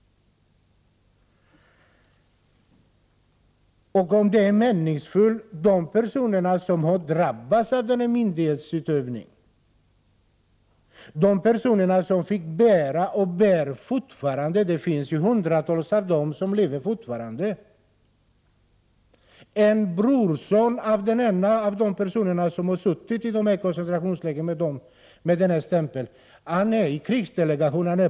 Och beträffande talet om det meningsfulla i att utreda detta: Det finns fortfarande hundratals nu levande personer som har drabbats av denna myndighetsutövning. De fick bära och bär fortfarande på en stämpel som landsförrädare. En brorson till en av dem som har suttit i koncentrationsläger är nu ledare för vårt parti och sitter i krigsdelegationen.